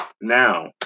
Now